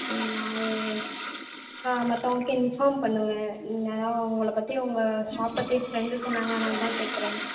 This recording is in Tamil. ஏ நான் மற்றவங்களுக்கு இன்ஃபார்ம் பண்ணுவேன் என்னென்னால் உங்களை பற்றி உங்கள் ஷாப் பற்றி ஃப்ரெண்டு சொன்னாங்க அதனால் தான் கேட்கறேன்